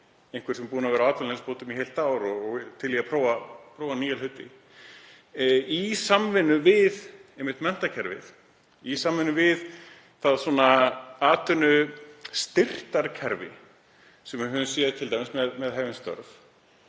einhvern sem er búinn að vera á atvinnuleysisbótum í heilt ár og til í að prófa nýja hluti, í samvinnu við einmitt menntakerfið. Í samvinnu við það atvinnustyrktarkerfi sem við höfum séð t.d. með Hefjum störf,